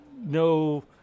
no